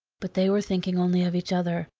but they were thinking only of each other,